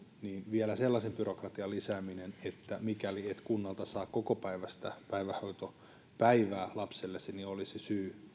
vielä sellaisen byrokratian lisääminen että mikäli et kunnalta saa kokopäiväistä päivähoitoa lapsellesi niin se olisi